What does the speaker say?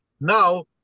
Now